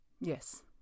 Yes